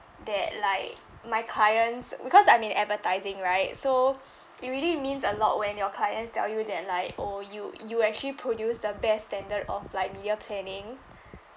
that like my clients because I'm in advertising right so it really means a lot when your clients tell you that like oh you you actually produce the best standard of like media planning